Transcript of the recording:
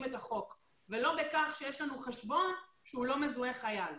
את החוק ולא בכך שיש לנו חשבון שהוא לא מזוהה כחייל.